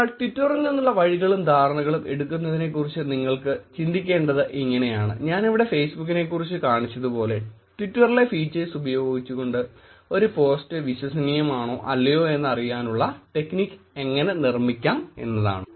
അതിനാൽ ട്വിറ്ററിൽ നിന്നുള്ള വഴികളും ധാരണകളും എടുക്കുന്നതിനെക്കുറിച്ച് നിങ്ങൾക്ക് ചിന്തിക്കേണ്ടത് ഇങ്ങിനെയാണ് ഞാനിവിടെ ഫേസ്ബുക്കിനെക്കുറിച്ച് കാണിച്ചതുപോലെ ട്വിറ്ററിലെ ഫീച്ചേഴ്സ് ഉപയോഗിച്ചുകൊണ്ട് ഒരു പോസ്റ്റ് വിശ്വ സനീയമാണോ അല്ലയോ എന്ന് അറിയുവാനുള്ള ടെക്നിക്സ് എങ്ങനെ നിർമിക്കാം എന്നതാണ്